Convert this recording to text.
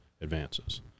advances